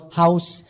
house